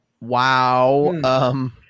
Wow